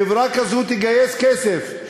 חברה כזאת תגייס כסף,